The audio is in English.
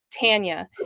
Tanya